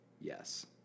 Yes